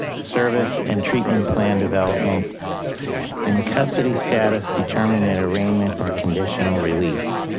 service and treatment plan development and the custody status determine an arraignment or conditional release.